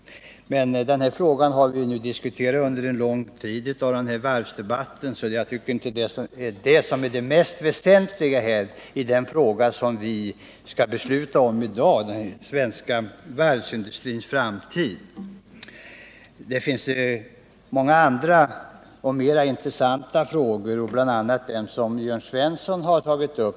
Men denna fråga har vi nu diskuterat under lång tid i varvsdebatten, och jag tycker inte den är den mest väsentliga i det vi skall besluta om i dag, den svenska varvsindustrins framtid. Det finns många andra och mer intressanta frågor, bl.a. den som Jörn Svensson tagit upp.